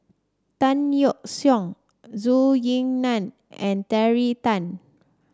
Tan Yeok Seong Zhou Ying Nan and Terry Tan